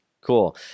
Cool